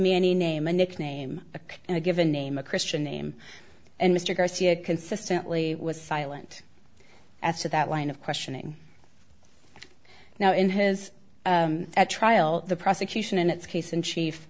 me any name a nickname a given name a christian name and mr garcia consistently was silent as to that line of questioning now in his trial the prosecution in its case in chief